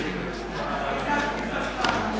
Hvala